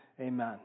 Amen